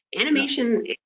animation